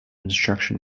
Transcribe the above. instruction